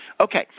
Okay